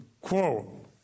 Quote